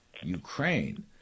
Ukraine